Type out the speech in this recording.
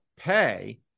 pay